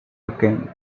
again